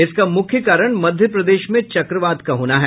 इसका मुख्य कारण मध्य प्रदेश में चक्रवात का होना है